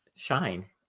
shine